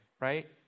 right